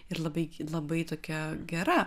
ir labai labai tokia gera